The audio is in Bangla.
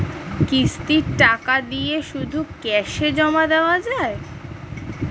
কিস্তির টাকা দিয়ে শুধু ক্যাসে জমা দেওয়া যায়?